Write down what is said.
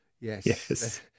Yes